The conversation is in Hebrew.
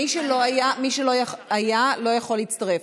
מי שלא היה לא יכול להצטרף.